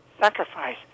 sacrifice